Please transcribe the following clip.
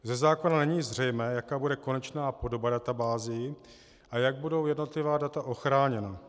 Ze zákona není zřejmé, jaká bude konečná podoba databází a jak budou jednotlivá data ochráněna.